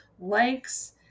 likes